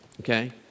Okay